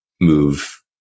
move